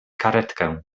karetkę